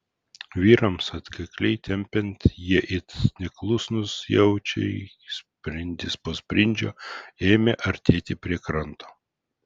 vyrams atkakliai tempiant jie it neklusnūs jaučiai sprindis po sprindžio ėmė artėti prie kranto